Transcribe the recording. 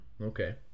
okay